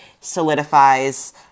solidifies